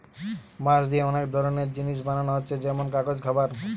বাঁশ দিয়ে অনেক ধরনের জিনিস বানানা হচ্ছে যেমন কাগজ, খাবার